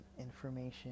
information